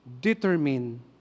determine